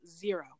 zero